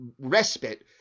respite